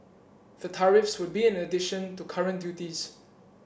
the tariffs would be in addition to current duties